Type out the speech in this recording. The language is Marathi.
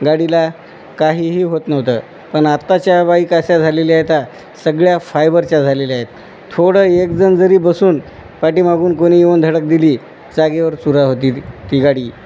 गाडीला काहीही होत नव्हतं पण आत्ताच्या बाईक अशा झालेल्या आहेत सगळ्या फायबरच्या झालेल्या आहेत थोडं एकजण जरी बसून पाठी मागून कोणी येऊन धडक दिली जागेवर चुरा होती ती गाडी